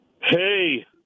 Hey